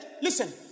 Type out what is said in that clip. listen